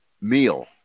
Meal